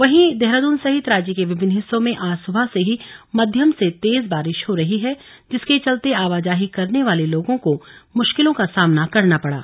वहीं देहरादून सहित राज्य के विभिन्न हिस्सों में आज सुबह से ही मध्यम से तेज बारिश हो रही है जिसके चलते आवाजाही करने वाले लोगों को मुश्किलों का सामना करना पड़ा